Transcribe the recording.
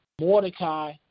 Mordecai